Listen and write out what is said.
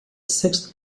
sixth